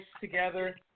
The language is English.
together